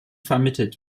vermittelt